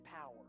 power